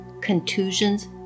contusions